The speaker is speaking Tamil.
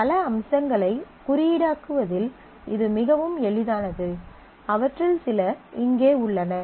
பல அம்சங்களை குறியீடாக்குவதில் இது மிகவும் எளிதானது அவற்றில் சில இங்கே உள்ளன